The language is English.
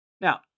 Now